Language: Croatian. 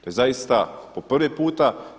To je zaista po prvi puta.